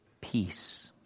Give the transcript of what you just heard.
peace